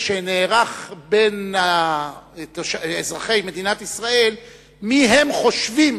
שנערך בין אזרחי מדינת ישראל מי הם חושבים